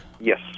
Yes